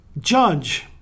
judge